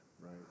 right